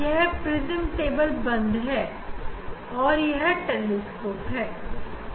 यह prism table को हमने बांधा हुआ था और यह टेलीस्कोप है